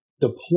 deploy